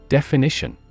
Definition